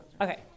Okay